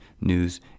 news